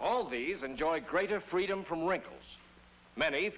all of these enjoy greater freedom from wrinkles many